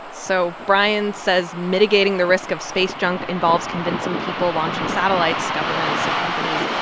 so brian says mitigating the risk of space junk involves convincing people launching satellites, governments and companies,